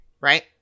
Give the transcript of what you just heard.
Right